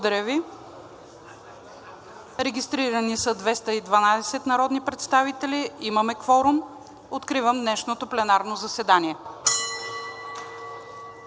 Регистрирани 212 народни представители. Има кворум. Откривам днешното пленарно заседанието.